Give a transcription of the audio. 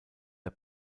der